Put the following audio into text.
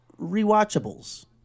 rewatchables